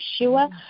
Yeshua